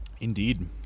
Indeed